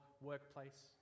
workplace